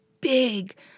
big